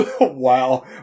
Wow